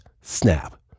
snap